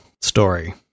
story